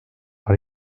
par